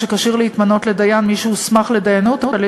שכשיר להתמנות לדיין מי שהוסמך לדיינות על-ידי